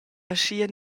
aschia